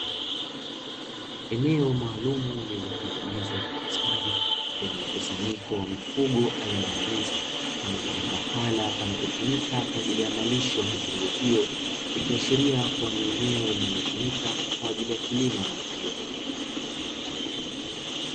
Eneo maalumu lililotengenezwa kwa ustadi lenye mifugo ya aina ya mbuzi pamoja na mahala panapotumika kwa ajili ya malisho, mifugo hiyo ikiashiria ni eneo linalotumika kwa ajili ya kilimo na ufugaji.